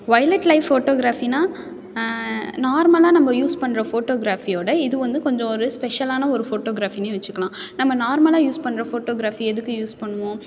violet life ஃபோட்டோகிராஃபினால் நார்மலாக நம்ம யூஸ் பண்ணுற ஃபோட்டோகிராஃபியோடு இது வந்து கொஞ்சம் ஒரு ஸ்பெஷலான ஒரு ஃபோட்டோகிராஃபினே வெச்சுக்கலாம் நம்ம நார்மலாக யூஸ் பண்ணுற ஃபோட்டோகிராஃபி எதுக்கு யூஸ் பண்ணுவோம்